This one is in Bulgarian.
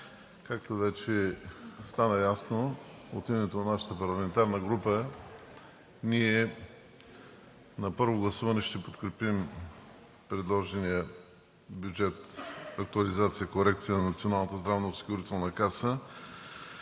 Както вече стана ясно от името на нашата парламентарна група, ние на първо гласуване ще подкрепим предложената актуализация, корекция на бюджета на Националната здравноосигурителна каса.